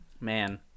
man